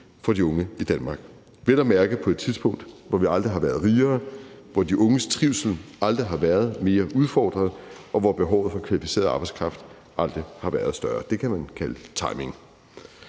for de unge i Danmark – vel at mærke på et tidspunkt, hvor vi aldrig har været rigere, hvor de unges trivsel aldrig har været mere udfordret, og hvor behovet for kvalificeret arbejdskraft aldrig har været større. Det kan man kalde timing.